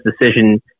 decision